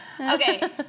okay